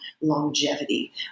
longevity